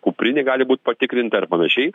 kuprinė gali būt patikrinta ir panašiai